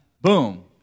Boom